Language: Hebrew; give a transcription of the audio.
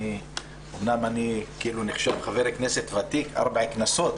אמנם אני נחשב חבר כנסת ותיק שמכהן כבר ארבע כנסות,